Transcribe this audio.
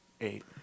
Eight